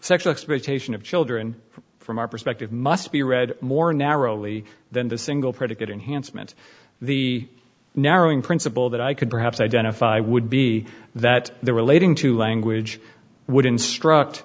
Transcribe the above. sexual exploitation of children from our perspective must be read more narrowly than the single predicate enhancement the narrowing principle that i could perhaps identify would be that they're relating to language would instruct